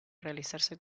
realizarse